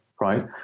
right